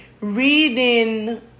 reading